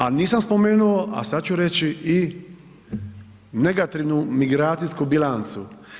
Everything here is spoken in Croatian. A nisam spomenuo a sad ću reći i negativnu migracijsku bilancu.